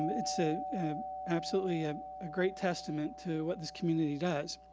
um it's ah absolutely ah a great testament to what this community does.